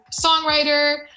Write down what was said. songwriter